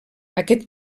aquest